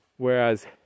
Whereas